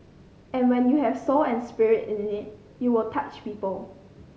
and when you have soul and spirit in it you will touch people